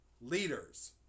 Leaders